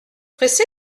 pressé